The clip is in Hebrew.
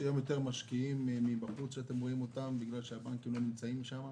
יש היום יותר משקיעים מבחוץ שאתם רואים אותם בגלל שהבנקים לא נמצאים שם?